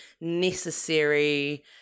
necessary